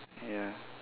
ya